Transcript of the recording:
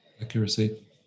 Accuracy